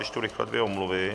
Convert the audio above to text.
Přečtu rychle dvě omluvy.